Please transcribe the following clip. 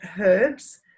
herbs